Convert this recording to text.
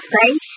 face